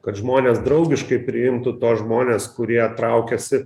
kad žmonės draugiškai priimtų tuos žmones kurie traukiasi